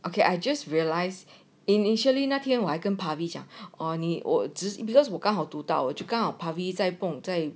okay I just realize initially 那天我还跟 pabi 讲 orh or just because 我刚好读到我就告诉 pabi 在不懂在